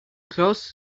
close